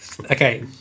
Okay